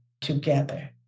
together